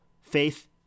faith